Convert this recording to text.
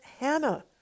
Hannah